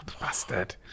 Bastard